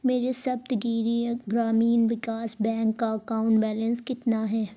میرے Saptagiri Grameen Vikas bank کا account balance کتنا ہے